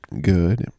good